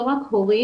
לא רק הורים,